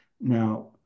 Now